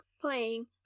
playing